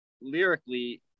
lyrically